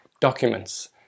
documents